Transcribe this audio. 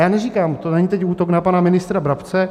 A já neříkám to není teď útok na pan ministra Brabce.